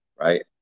Right